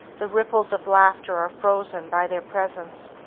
the ripples of laughter are frozen by their presence.